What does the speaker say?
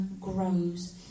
grows